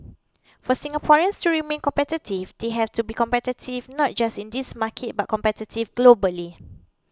for Singaporeans to remain competitive they have to be competitive not just in this market but competitive globally